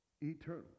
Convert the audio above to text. eternal